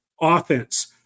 offense